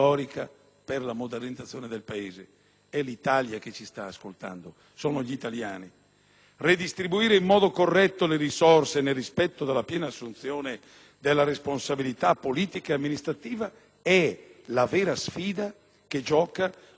È l'Italia che ci sta ascoltando, sono gli italiani. Redistribuire in modo corretto le risorse nel rispetto della piena assunzione della responsabilità politica e amministrativa è la vera sfida che gioca l'avverarsi del federalismo fiscale.